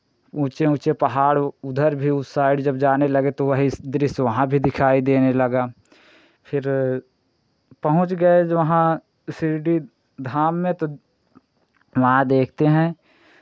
ऊँचे ऊँचे पहाड़ वो उधर भी उस साइड जब जाने लगे तो वही दृश्य वहाँ भी दिखाई देने लगा फिर पहुँच गए जो वहाँ शिरडी धाम में तो वहाँ देखते हैं